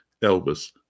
Elvis